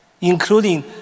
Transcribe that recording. including